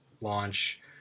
launch